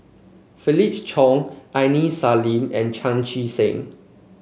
Felix Cheong Aini Salim and Chan Chee Seng